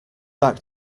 back